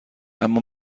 اما